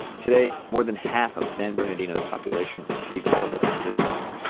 today, more than half of san bernardino's population receives public assistance.